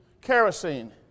kerosene